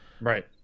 Right